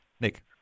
Nick